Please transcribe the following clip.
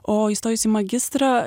o įstojus į magistrą